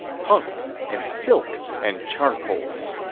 punk and silk and charcoal.